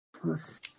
Plus